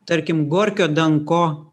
tarkim gorkio danko